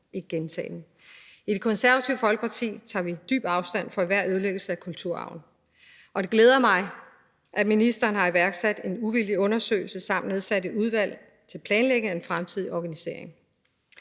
I Det Konservative Folkeparti tager vi dybt afstand fra enhver ødelæggelse af kulturarven. Og det glæder mig, at ministeren har iværksat en uvildig undersøgelse samt nedsat et udvalg til at planlægge en fremtidig organisering,